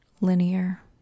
linear